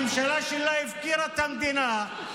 הממשלה שלה הפקירה את המדינה,